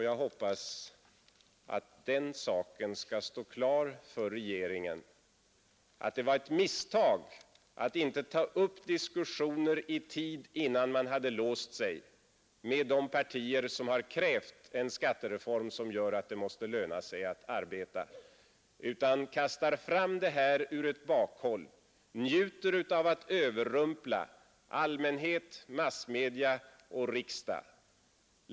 Jag hoppas att den saken skall stå klar för regeringen att det var ett misstag att inte i tid innan man hade låst sig ta upp diskussioner med de partier som har krävt en skattereform som gör att det måste löna sig att arbeta, utan kastar fram detta ur ett bakhåll, njuter av att överrumpla allmänhet, massmedia och riksdag.